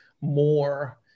more